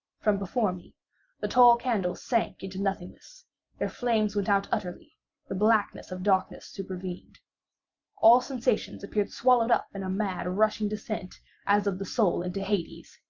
from before me the tall candles sank into nothingness their flames went out utterly the blackness of darkness supervened all sensations appeared swallowed up in a mad rushing descent as of the soul into hades.